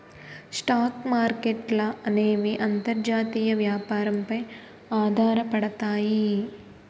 stock మార్కెట్ల అనేవి అంతర్జాతీయ వ్యాపారం పై ఆధారపడతాయి